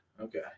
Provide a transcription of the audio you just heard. Okay